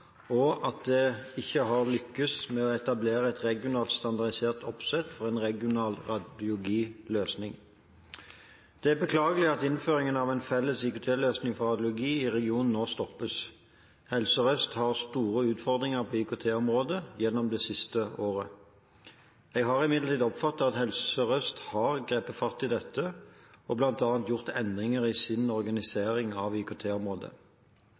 og at en ikke har lykkes med å etablere et regionalt standardisert oppsett for en regional radiologiløsning. Det er beklagelig at innføringen av en felles IKT-løsning for radiologi i regionen nå stoppes. Helse Sør-Øst har hatt store utfordringer på IKT-området det siste året. Jeg har imidlertid oppfattet at Helse Sør-Øst har grepet fatt i dette og bl.a. gjort endringer i sin organisering av